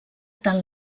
tant